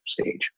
stage